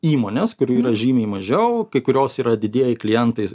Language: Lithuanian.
įmonės kurių yra žymiai mažiau kai kurios yra didieji klientai